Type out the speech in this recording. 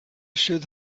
should